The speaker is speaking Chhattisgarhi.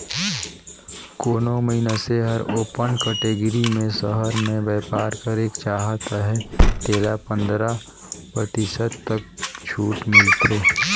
कोनो मइनसे हर ओपन कटेगरी में सहर में बयपार करेक चाहत अहे तेला पंदरा परतिसत तक छूट मिलथे